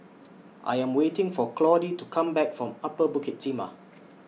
I Am waiting For Claudie to Come Back from Upper Bukit Timah